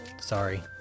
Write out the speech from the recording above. sorry